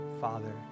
Father